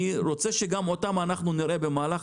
אני רוצה שגם אותם אנחנו נראה במהלך